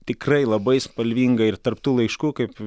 tikrai labai spalvinga ir tarp tų laiškų kaip